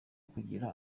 kugira